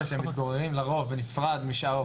לרוב בנפרד משאר העובדים.